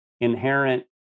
inherent